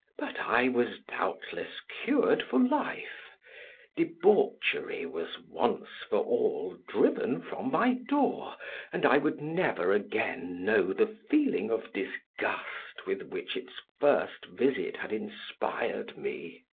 but i was doubtless cured for life debauchery was once for all driven from my door and i would never again know the feeling of disgust with which its first visit had inspired me.